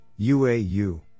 UAU